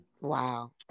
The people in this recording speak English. Wow